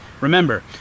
Remember